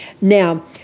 Now